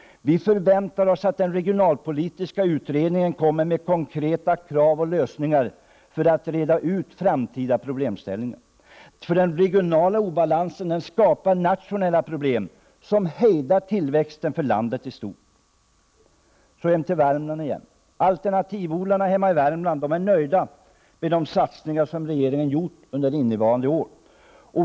Vi förväntar oss att den regionalpolitiska utredningen kommer med konkreta krav och lösningar för att reda ut framtida problemställningar. Den regionala obalansen skapar nationella problem som hejdar tillväxten för landet i stort. Alternativodlarna hemma i Värmland är nöjda med de satsningar som regeringen gjort under innevarande år.